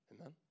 Amen